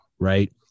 Right